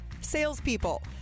salespeople